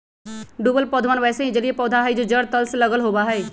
डूबल पौधवन वैसे ही जलिय पौधा हई जो जड़ तल से लगल होवा हई